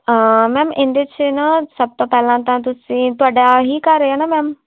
ma'am ਇਹਦੇ 'ਚ ਨਾ ਸਭ ਤੋਂ ਪਹਿਲਾਂ ਤਾਂ ਤੁਸੀਂ ਤੁਹਾਡਾ ਇਹੀ ਘਰ ਆ ਨਾ ਮੈਮ